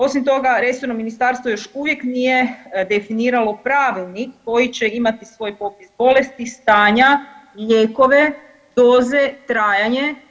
Osim toga, resorno ministarstvo još uvijek nije definirano pravilnik koji će imati svoj popis bolesti, stanja, lijekove, doze, trajanje.